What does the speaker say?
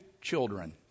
children